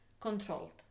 controlled